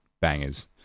bangers